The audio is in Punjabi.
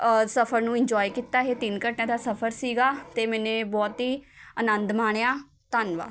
ਸਫ਼ਰ ਨੂੰ ਇੰਨਜੋਏ ਕੀਤਾ ਇਹ ਤਿੰਨ ਘੰਟਿਆਂ ਦਾ ਸਫ਼ਰ ਸੀਗਾ ਅਤੇ ਮੈਨੇ ਬਹੁਤ ਹੀ ਅਨੰਦ ਮਾਣਿਆ ਧੰਨਵਾਦ